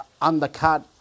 undercut